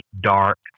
dark